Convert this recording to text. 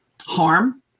harm